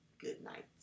goodnight